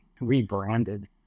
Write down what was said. rebranded